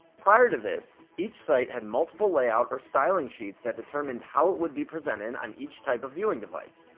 prior to this, each site had multiple layout or styling sheets that determined how it would be presented on each type of viewing device.